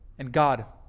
and god.